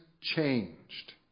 changed